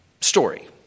story